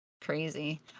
Crazy